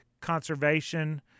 conservation